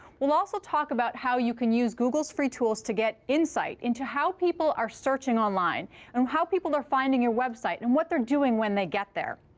we'll also talk about how you can use google's free tools to get insight into how people are searching online and how people are finding your website and what they're doing when they get there.